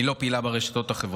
אני לא פעילה ברשתות החברתיות